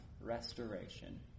restoration